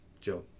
Joe